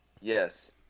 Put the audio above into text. Yes